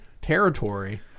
territory